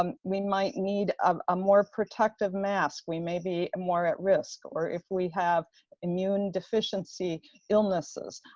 um we might need um a more protective mask. we may be more at risk or if we have immune deficiency illnesses.